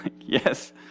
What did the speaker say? Yes